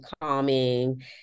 calming